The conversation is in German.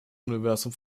universum